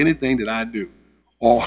anything that i do o